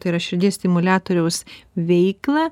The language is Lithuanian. tai yra širdies stimuliatoriaus veiklą